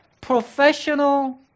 professional